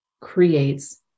creates